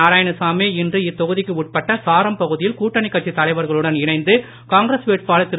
நாராயணசாமி இன்று இத்தொகுதிக்கு உட்பட்ட சாரம் பகுதியில் கூட்டணிக் கட்சித் தலைவர்களுடன் இணைந்து காங்கிரஸ் வேட்பாளர் திரு